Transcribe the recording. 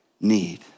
need